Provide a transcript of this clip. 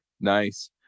Nice